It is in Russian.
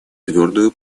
твердую